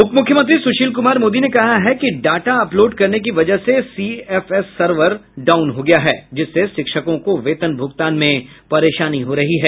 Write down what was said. उप मुख्यमंत्री सुशील कुमार मोदी ने कहा है कि डाटा अपलोड करने की वजह से सीएफएस सर्वर डाउन हो गया है जिससे शिक्षकों को वेतन भुगतान में परेशानी हो रही है